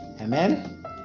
Amen